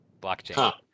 blockchain